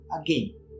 again